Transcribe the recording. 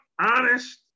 honest